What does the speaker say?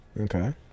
okay